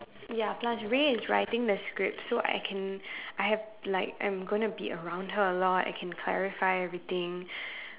ya plus Rae is writing the script so I can I have like I'm gonna be around her a lot I can clarify everything